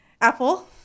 Apple